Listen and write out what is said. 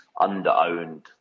under-owned –